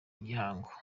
gihango